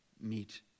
meet